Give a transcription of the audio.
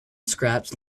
scraps